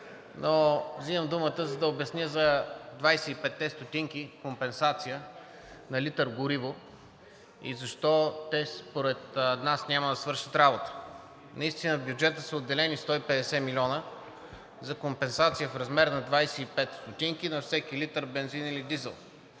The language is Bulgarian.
но взимам думата, за да обясня за двадесет и петте стотинки компенсация на литър гориво и защо те според нас няма да свършат работа. Наистина в бюджета са отделени 150 милиона за компенсация в размер на 25 стотинки на всеки литър бензин или дизел.